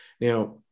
Now